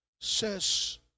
says